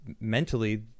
mentally